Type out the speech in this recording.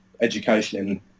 education